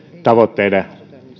tavoitteiden